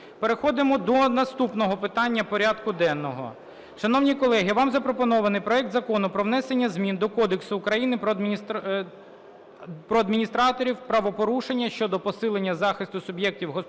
Переходимо до наступного питання порядку денного. Шановні колеги, вам запропонований проект Закону про внесення змін до Кодексу України про адміністративні правопорушення щодо посилення захисту суб'єктів господарювання